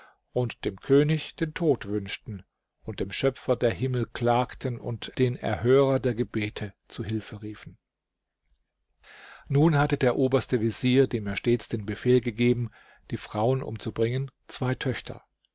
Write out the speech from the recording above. und dem könig den tod wünschten und dem schöpfer der himmel klagten und den erhörer der gebete zu hilfe riefen nun hatte der oberste vezier dem er stets den befehl gegeben die frauen umzubringen zwei töchter